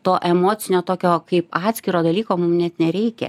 to emocinio tokio kaip atskiro dalyko mum net nereikia